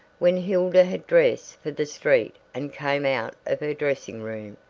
when hilda had dressed for the street and came out of her dressing-room,